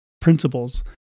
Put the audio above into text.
principles